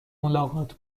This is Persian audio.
ملاقات